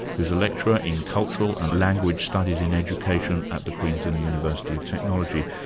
who's a lecturer in cultural and language studies in education at the queensland university of technology.